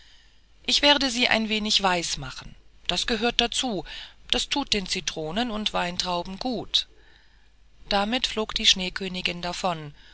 ich werde sie ein wenig weiß machen das gehört dazu das thut den citronen und weintrauben gut damit flog die schneekönigin davon